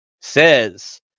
says